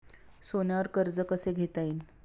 सोन्यावर कर्ज कसे घेता येईल?